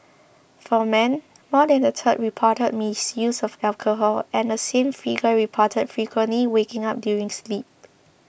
for men more than a third reported misuse of alcohol and the same figure reported frequently waking up during sleep